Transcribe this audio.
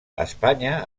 espanya